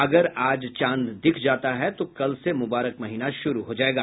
अगर आज चांद दिख जाता है तो कल से मुबारक महीना शुरू हो जायेगा